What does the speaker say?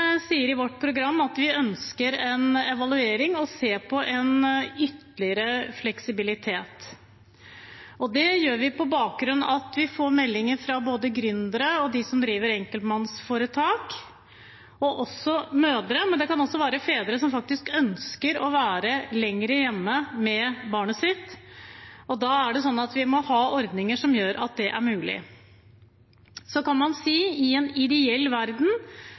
sier i vårt program at vi ønsker en evaluering og å se på en ytterligere fleksibilitet. Det gjør vi på bakgrunn av at vi får meldinger fra både gründere, de som driver enkeltmannsforetak, og mødre, men det kan også være fedre som faktisk ønsker å være lenger hjemme med barnet sitt, og da må vi ha ordninger som gjør at det er mulig. Så kan man si at i en ideell verden